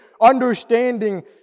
understanding